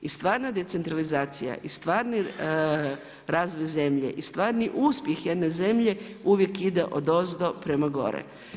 I stvarana decentralizacija i stvarni razvoj zemlje i stvarni uspjeh jedne zemlje uvijek ide odozdo prema gore.